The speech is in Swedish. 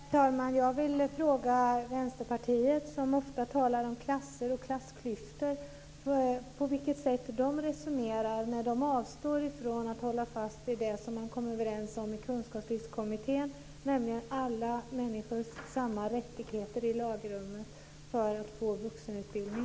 Herr talman! Jag vill fråga er i Vänsterpartiet, som ofta talar om klasser och klassklyftor, på vilket sätt ni resonerar när ni avstår från att hålla fast vid det som man kom överens om i Kunskapslyftskommittén, nämligen att alla människor ska ha samma rättigheter i lagrummet när det gäller vuxenutbildning.